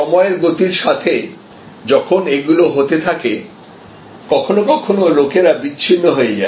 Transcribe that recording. সময়ের গতির সাথে যখন এগুলো হতে থাকে কখনও কখনও লোকেরা বিচ্ছিন্ন হয়ে যায়